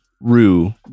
Rue